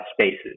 spaces